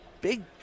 big